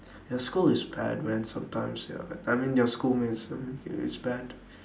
your school is bad man sometimes ya I mean your schoolmates um it is bad